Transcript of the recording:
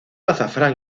azafrán